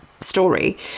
story